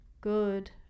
Good